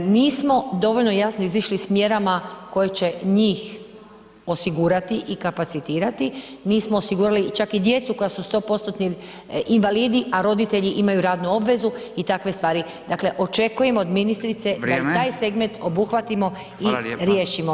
Nismo dovoljno jasno izišli s mjerama koje će njih osigurati i kapacitirati, nismo osigurali čak i djecu koja su 100% invalidi, a roditelji imaju radnu obvezu i takve stvari, dakle očekujem od ministrice da i taj segment obuhvatimo i riješimo.